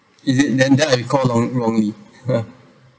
is it then then I recall wrong wrongly !huh!